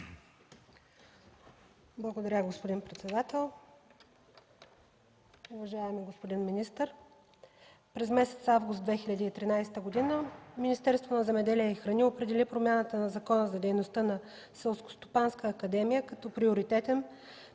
Благодаря, господин председател. Уважаеми господин министър, през месец август 2013 г. Министерството на земеделието и храните определи промяната на Закона за дейността на Селскостопанската академия като приоритетен,